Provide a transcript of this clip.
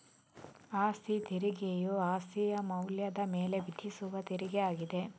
ಅಸ್ತಿ ತೆರಿಗೆಯು ಅಸ್ತಿಯ ಮೌಲ್ಯದ ಮೇಲೆ ವಿಧಿಸುವ ತೆರಿಗೆ ಆಗಿದೆ